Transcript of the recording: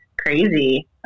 crazy